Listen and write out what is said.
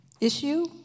issue